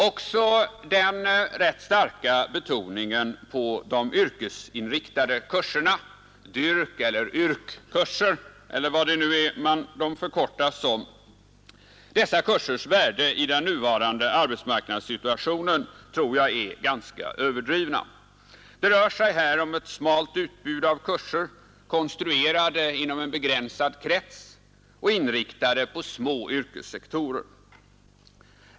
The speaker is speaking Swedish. Också den rätt starka betoningen på värdet av de yrkesinriktade kurserna — DYRK eller YRK-kurser eller hur de nu förkortas — måste betecknas som närmast vilseledande. Dessa kursers värde i den nuvarande arbetsmarknadssituationen tror jag är ganska överdriven. Det rör sig om ett smalt utbud av kurser, konstruerade inom en begränsad krets och inriktade på små yrkessektorer.